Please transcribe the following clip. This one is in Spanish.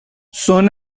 son